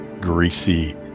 greasy